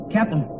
Captain